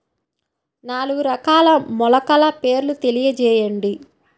నాలుగు రకాల మొలకల పేర్లు తెలియజేయండి?